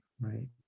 right